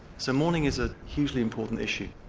so mourning is a hugely important issue.